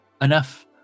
enough